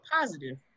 positive